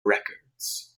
records